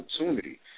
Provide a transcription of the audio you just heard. opportunity